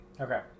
okay